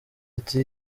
ati